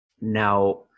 now